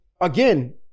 again